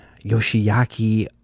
Yoshiaki